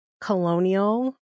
colonial